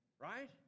right